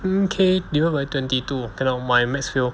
ten K divide by twenty two ah cannot my maths fail